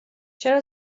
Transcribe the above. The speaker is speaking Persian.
چرا